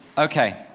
okay.